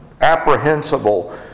apprehensible